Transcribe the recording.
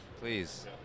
Please